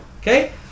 okay